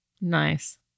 Nice